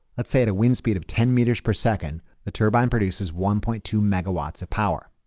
let's say at a wind speed of ten meters per second the turbine produces one point two megawatts of power.